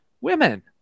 Women